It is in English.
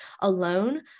alone